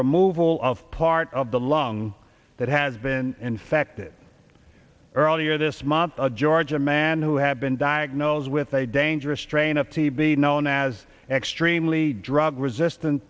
removal of part of the lung that has been infected earlier this month a georgia man who had been diagnosed with a dangerous strain of tb known as extremely drug resistan